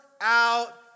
out